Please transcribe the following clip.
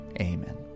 Amen